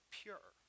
pure